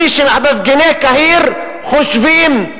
מפגיני קהיר חושבים,